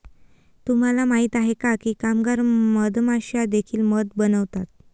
तुम्हाला माहित आहे का की कामगार मधमाश्या देखील मध बनवतात?